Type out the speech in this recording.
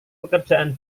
pekerjaan